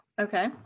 okay